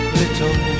little